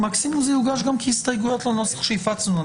מקסימום זה יוגש כהסתייגויות לנוסח שהפצנו.